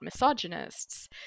misogynists